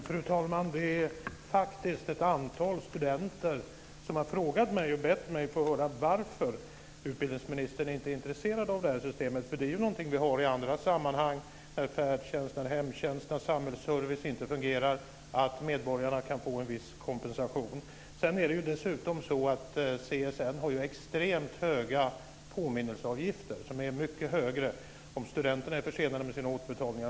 Fru talman! Det är faktiskt ett antal studenter som har bett mig att fråga varför utbildningsministern inte är intresserad av detta system, eftersom vi har det i andra sammanhang, t.ex. när färdtjänst, hemtjänst och samhällsservice inte fungerar, och medborgarna kan få en viss kompensation. CSN har dessutom extremt höga påminnelseavgifter om studenterna är försenade med sina återbetalningar.